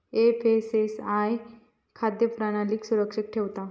FSSAI खाद्य प्रणालीक सुरक्षित ठेवता